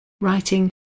writing